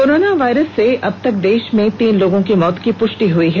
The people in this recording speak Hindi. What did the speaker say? कोरोना वायरस से अब तक देश में तीन लोगों की मौत की पुष्टि हो चुकी है